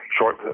short